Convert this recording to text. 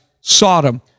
Sodom